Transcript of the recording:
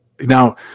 Now